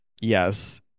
Yes